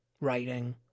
writing